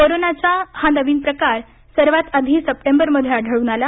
कोरोनाच्या हा नवीन प्रकार सर्वात आधी सप्टेंबरमध्ये आढळून आला